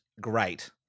Great